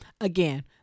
again